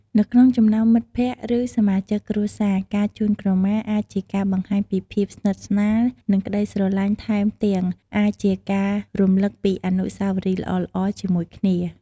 នៅក្នុងចំណោមមិត្តភ័ក្តិ ឬសមាជិកគ្រួសារ ការជូនក្រមាអាចជាការបង្ហាញពីភាពស្និទ្ធស្នាល និងក្ដីស្រលាញ់ថែមទាំងអាចជាការរំលឹកពីអនុស្សាវរីយ៍ល្អៗជាមួយគ្នា។